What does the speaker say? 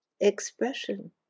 expression